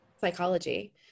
psychology